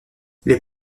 les